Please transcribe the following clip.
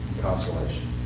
consolation